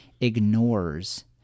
ignores